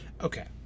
Okay